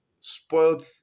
spoiled